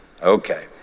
Okay